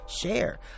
share